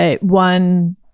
one